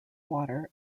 water